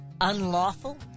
unlawful